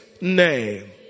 name